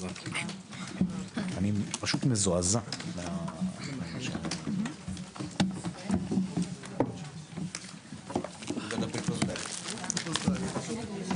הישיבה ננעלה בשעה 13:00.